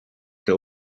que